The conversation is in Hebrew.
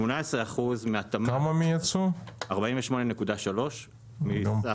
כך